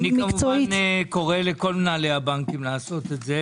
אני כמובן קורא לכל מנהלי הבנקים לעשות את זה.